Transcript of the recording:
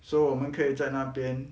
so 我们可以在那边